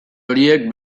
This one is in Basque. horiek